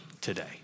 today